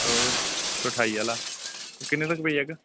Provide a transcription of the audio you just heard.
इक सौ ठाई आह्ला किन्ने तक पेई जाह्गा